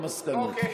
עם המסקנות.